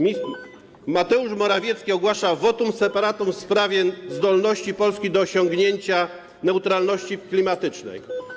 Mateusz Morawiecki ogłasza votum separatum w sprawie zdolności Polski do osiągnięcia neutralności klimatycznej.